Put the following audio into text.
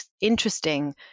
interesting